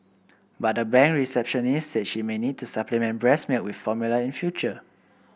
but the bank receptionist said she may need to supplement breast milk with formula in future